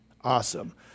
Awesome